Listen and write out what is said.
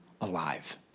alive